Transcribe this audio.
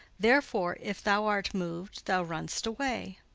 therefore, if thou art moved, thou runn'st away.